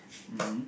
mmhmm